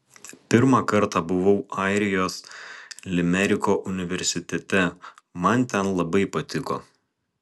pirmą kartą buvau airijos limeriko universitete man ten labai patiko